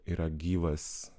yra gyvas